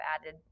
added